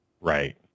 Right